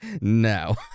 No